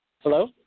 Hello